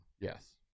Yes